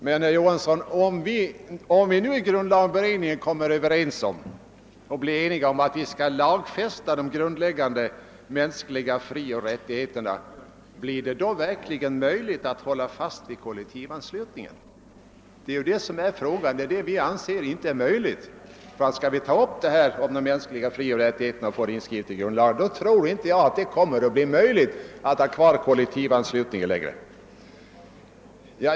Men om vi i grundlagberedningen kommer överens om att vi skall lagfästa de grundläggande mänskliga frioch rättigheterna, blir det då möjligt att hålla fast vid kollektivanslutningen? Det anser jag inte vara fallet.